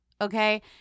Okay